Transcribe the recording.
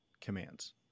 commands